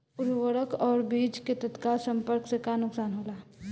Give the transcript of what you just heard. उर्वरक व बीज के तत्काल संपर्क से का नुकसान होला?